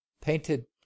painted